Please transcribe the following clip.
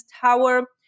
Tower